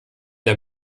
der